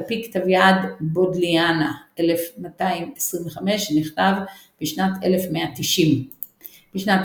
על פי כתב יד בודליאנה 1225 שנכתב בשנת 1190. בשנת